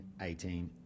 18